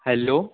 hello